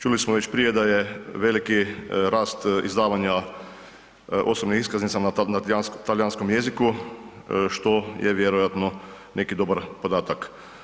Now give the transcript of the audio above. Čuli smo već prije da je veliki rast izdavanja osobnih iskaznica na talijanskom jeziku što je vjerojatno neki dobar podatak.